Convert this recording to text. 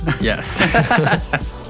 Yes